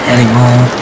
Anymore